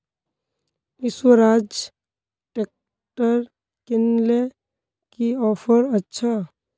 Swaraj tractor किनले की offer अच्छा?